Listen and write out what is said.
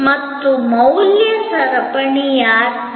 ಆದ್ದರಿಂದ ಇದನ್ನು ಸರ್ವೈಸೇಶನ್ ಅಥವಾ ಸರ್ವೈಸೇಶನ್ ಎಂದು ಕರೆಯಲಾಯಿತು